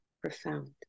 profound